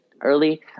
early